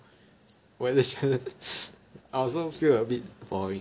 我也是觉得 I also feel a bit boring